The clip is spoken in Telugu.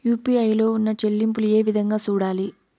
యు.పి.ఐ లో ఉన్న చెల్లింపులు ఏ విధంగా సూడాలి